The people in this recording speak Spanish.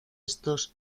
estos